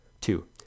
Two